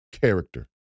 character